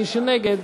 מי שנגד,